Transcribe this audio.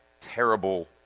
terrible